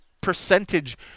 percentage